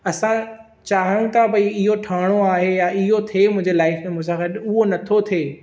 असां चाहियूं था भई इहो ठहिणो आहे या इहो थिए मुंहिंजे लाइफ में मूंसां गडु॒ पर उहो न थो थिए